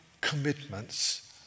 commitments